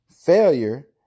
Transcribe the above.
Failure